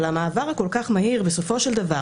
אבל יש כאן מעבר כול כך מהיר בסופו של דבר